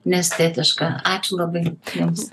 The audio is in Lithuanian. neestetiška ačiū labai jums